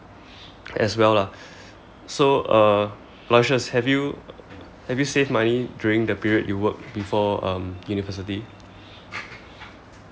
as well lah so uh aloysius have you have you saved money during the period you worked before um university